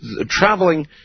traveling